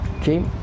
Okay